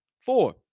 Four